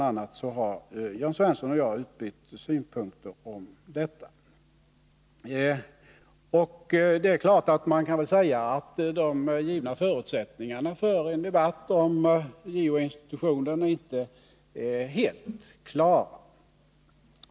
a. har Jörn Svensson och jag utbytt synpunkter om detta. Det är klart att man kan väl säga att de givna förutsättningarna för en debatt om JO-institutionen inte är helt klara.